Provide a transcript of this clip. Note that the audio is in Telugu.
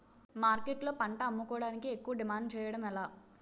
మార్కెట్లో పంట అమ్ముకోడానికి ఎక్కువ డిమాండ్ చేయడం ఎలా?